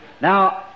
Now